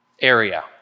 area